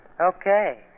Okay